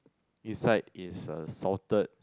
inside is a salted